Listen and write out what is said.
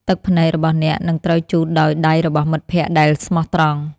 ទឹកភ្នែករបស់អ្នក នឹងត្រូវបានជូតដោយដៃរបស់មិត្តភក្តិដែលស្មោះត្រង់។